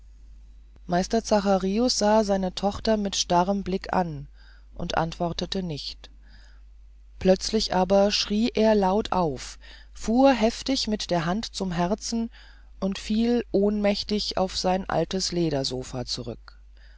meister zacharius sah seine tochter mit starrem blick an und antwortete nicht plötzlich aber schrie er laut auf fuhr heftig mit der hand zum herzen und fiel ohnmächtig auf sein altes ledersopha zurück